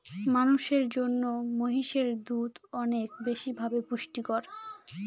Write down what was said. মানুষের জন্য মহিষের দুধ অনেক বেশি ভাবে পুষ্টিকর